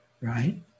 right